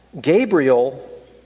Gabriel